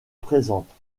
présentes